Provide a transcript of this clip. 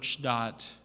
dot